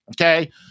Okay